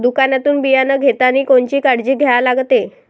दुकानातून बियानं घेतानी कोनची काळजी घ्या लागते?